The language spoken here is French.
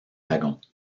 wagons